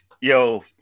Yo